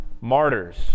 Martyrs